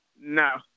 No